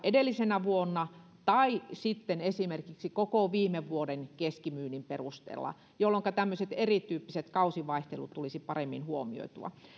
edellisenä vuonna tai sitten esimerkiksi koko viime vuoden keskimyynnin perusteella jolloinka tämmöiset erityyppiset kausivaihtelut tulisi paremmin huomioitua